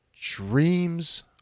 dreams